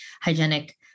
hygienic